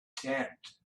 tent